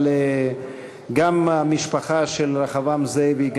אבל גם המשפחה של רחבעם זאבי,